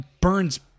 Burns